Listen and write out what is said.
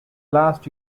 last